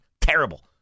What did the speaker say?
terrible